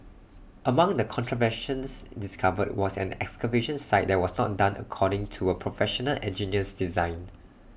among the contraventions discovered was an excavation site that was not done according to A Professional Engineer's design